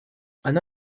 она